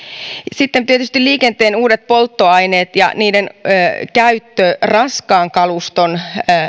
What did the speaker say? sitten tietysti liikenteen uudet polttoaineet ja niiden käyttö myöskin raskaan kaluston